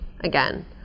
again